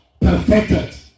Perfected